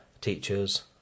teachers